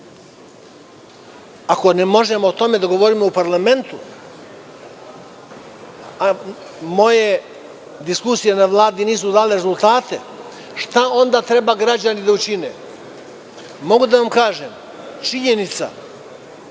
ako ne možemo o tome da govorimo u parlamentu, moje diskusije na Vladi nisu dale rezultate, šta onda treba građani da učine? Mogu da vam kažem, činjenica